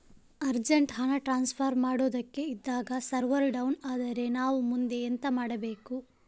Urgent ಹಣ transfer ಮಾಡೋದಕ್ಕೆ ಇದ್ದಾಗ ಸರ್ವರ್ ಡೌನ್ ಆದರೆ ನಾವು ಮುಂದೆ ಎಂತ ಮಾಡಬೇಕು?